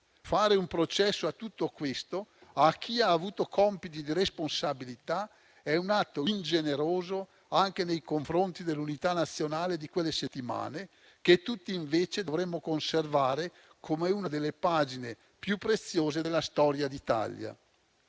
Fare un processo a tutto questo, a chi ha avuto compiti di responsabilità è un atto ingeneroso anche nei confronti dell'unità nazionale di quelle settimane che tutti invece dovremmo conservare come una delle pagine più preziose della storia d'Italia.